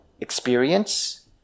experience